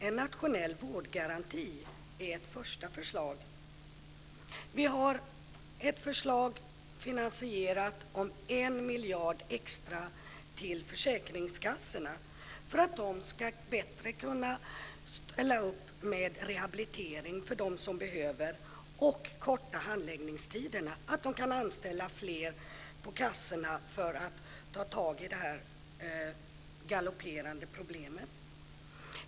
En nationell vårdgaranti är ett första förslag. Vi har ett finansierat förslag om 1 miljard extra till försäkringskassorna för att de bättre ska kunna ställa upp med rehabilitering för dem som behöver det och för att de ska kunna korta handläggningstiderna. De kan då anställa fler på kassorna för att ta tag i det här galopperande problemet.